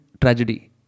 tragedy